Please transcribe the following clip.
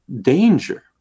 danger